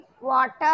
water